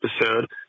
episode